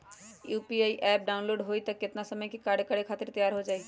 UPI app download होई त कितना समय मे कार्य करे खातीर तैयार हो जाई?